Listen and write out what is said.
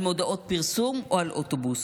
על מודעות פרסום או על אוטובוס.